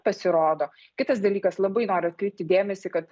pasirodo kitas dalykas labai noriu atkreipti dėmesį kad